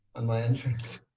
on my entrance?